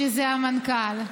שזה המנכ"ל.